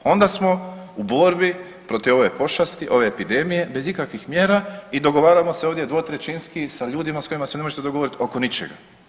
Onda smo u borbi protiv ove pošasti, ove epidemije bez ikakvih mjera i dogovaramo se ovdje dvotrećinski sa ljudima sa ljudima s kojima se ne možete dogovoriti oko ničega.